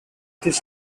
this